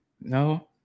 No